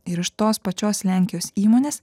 ir iš tos pačios lenkijos įmonės